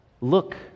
look